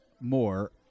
more